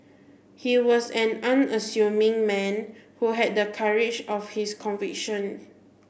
he was an unassuming man who had the courage of his conviction